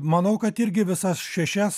manau kad irgi visas šešias